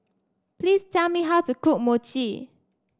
please tell me how to cook Mochi